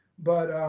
but,